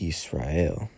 Israel